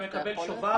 אתה מקבל שובר,